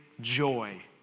Joy